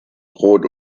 brot